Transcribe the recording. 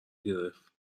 گرفت